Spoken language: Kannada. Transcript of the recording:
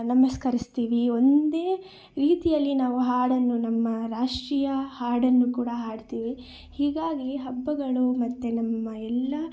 ನಮಸ್ಕರಿಸ್ತೀವಿ ಒಂದೇ ರೀತಿಯಲ್ಲಿ ನಾವು ಹಾಡನ್ನು ನಮ್ಮ ರಾಷ್ಟ್ರೀಯ ಹಾಡನ್ನು ಕೂಡ ಹಾಡ್ತೀವಿ ಹೀಗಾಗಿ ಹಬ್ಬಗಳು ಮತ್ತು ನಮ್ಮ ಎಲ್ಲ